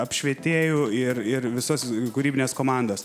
apšvietėjų ir ir visos kūrybinės komandos